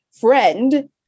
friend